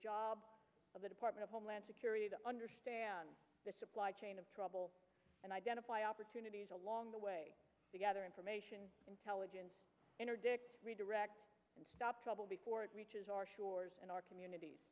job of the department of homeland security to understand the supply chain of trouble and identify opportunities along the way to gather information intelligence interdict redirect and stop trouble before it reaches our shores and our communities